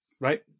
right